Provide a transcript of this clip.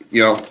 yeah,